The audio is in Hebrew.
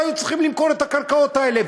הם לא היו צריכים למכור את הקרקעות האלה,